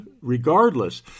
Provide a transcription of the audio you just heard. regardless